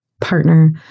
partner